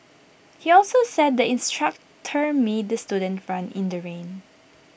he also said the instructor made the student run in the rain